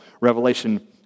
Revelation